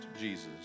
Jesus